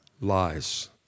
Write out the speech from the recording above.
lies